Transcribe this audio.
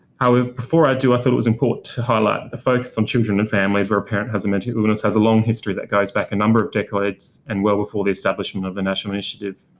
however, before i do, i thought it was important to highlight that the focus on children and families where a parent has a mental illness has a long history that goes back a number of decades, and well before the establishment of the national initiative.